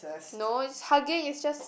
no it's hugging it's just